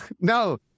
No